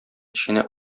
эченә